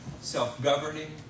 self-governing